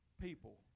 people